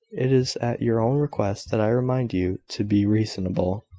it is at your own request that i remind you to be reasonable.